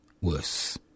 worse